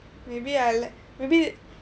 maybe I like maybe